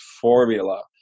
formula